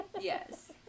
yes